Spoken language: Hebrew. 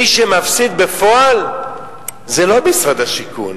ומי שמפסיד בפועל זה לא משרד השיכון,